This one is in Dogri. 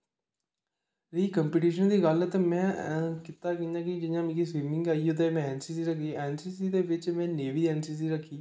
रेही कंपिटिशन दी गल्ल ते में कीता कि'यां कि जियां मिगी स्विमिंग आई ते में ऐन सी सी रक्खी दी ऐन सी सी दे बिच्च में नेवी ऐन सी सी रक्खी